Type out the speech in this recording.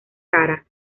cara